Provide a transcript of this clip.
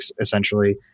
essentially